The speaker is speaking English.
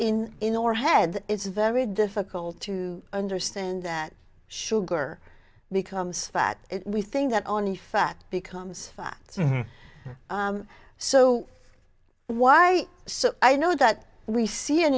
in in our head it's very difficult to understand that sugar becomes fat if we think that only fat becomes fat so why so i know that we see an